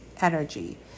energy